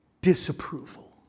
disapproval